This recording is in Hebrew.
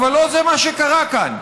אבל לא זה מה שקרה כאן.